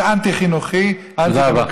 זה אנטי-חינוכי, תודה רבה.